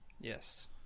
yes